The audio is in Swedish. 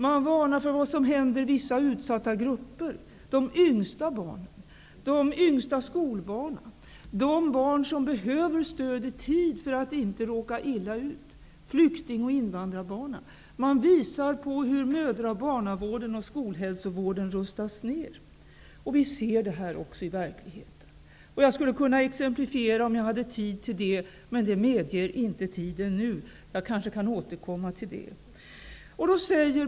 Man varnar för vad som händer vissa utsatta grupper, de yngsta barnen, de yngsta skolbarnen, de barn som behöver stöd i tid för att inte råka illa ut, flyktingoch invandrarbarnen. Man visar på hur mödra och barnavården och skolhälsovården rustas ner. Vi ser det här också i verkligheten. Jag skulle kunna exemplifiera, om jag hade tid till det, men det medger inte tiden nu. Jag kanske kan återkomma till det.